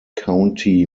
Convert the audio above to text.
county